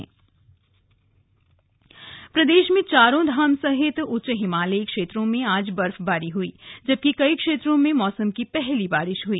मौसम प्रदेश में चारों धाम सहित उच्च हिमालयी क्षेत्रों में आज भी बर्फबारी हुई है जबकि कई क्षेत्रों में मौसम की पहली बारिश हुई